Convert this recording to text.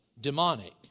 demonic